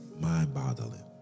mind-boggling